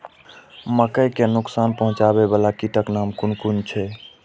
मके के नुकसान पहुँचावे वाला कीटक नाम कुन कुन छै?